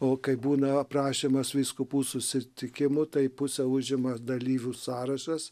o kai būna aprašymas vyskupų susitikimo tai pusę užima dalyvių sąrašas